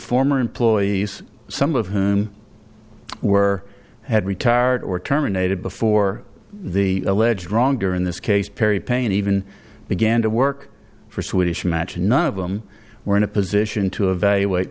former employees some of whom were had retired or terminated before the alleged wrongdoing in this case perry payne even began to work for swedish match and none of them were in a position to evaluate